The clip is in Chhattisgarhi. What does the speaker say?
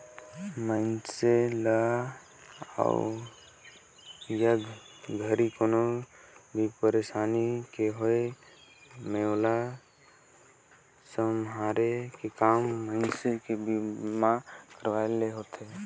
मइनसे ल अवइया घरी कोनो भी परसानी के होये मे ओला सम्हारे के काम मइनसे के बीमा करवाये ले होथे